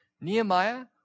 Nehemiah